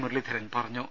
മുരളീധരൻ പറഞ്ഞു